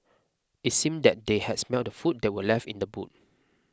it seemed that they had smelt the food that were left in the boot